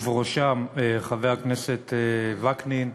ובראשם חבר הכנסת וקנין,